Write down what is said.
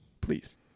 please